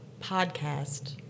podcast